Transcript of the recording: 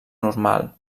normal